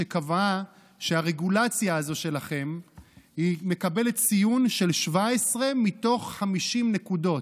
שקבעה שהרגולציה הזאת שלכם מקבלת ציון של 17 מתוך 50 נקודות,